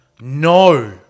No